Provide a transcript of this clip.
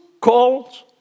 calls